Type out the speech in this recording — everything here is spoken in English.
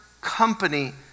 company